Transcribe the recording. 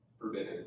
forbidden